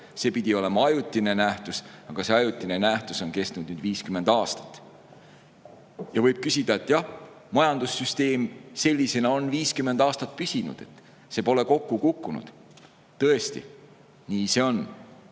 See pidi olema ajutine nähtus, aga see ajutine nähtus on kestnud 50 aastat. Võib [öelda], et jah, majandussüsteem on sellisena püsinud 50 aastat, see pole kokku kukkunud. Tõesti, nii see on.